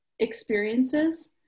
experiences